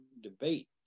debate